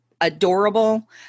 adorable